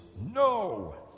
no